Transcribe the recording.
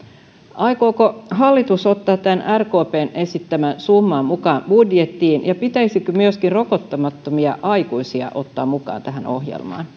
aikooko hallitus ottaa tämän rkpn esittämän summan mukaan budjettiin ja pitäisikö myöskin rokottamattomia aikuisia ottaa mukaan tähän ohjelmaan